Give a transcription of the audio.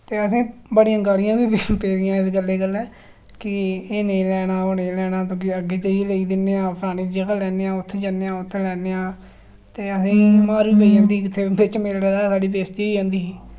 ते असें बड़ियां गालियां बी पेई दियां इस गल्ले गल्लै कि एह् नेईं लैना ओह् नेईं लैना तुकी अग्गें जाइयै लेई दिन्ने आं फलानी जगह लैन्नेआं उत्थै जन्नेआं उत्थै लैन्ने आं ते असें ई मार बी पेई जंदी ही उत्थै बिच मेले दे साढ़ी बेजती होई जंदी ही